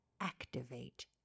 activate